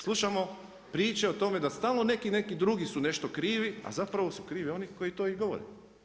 Slušamo priče o tome da stalno neki drugi su nešto krivi a zapravo su krivi oni koji to i govore.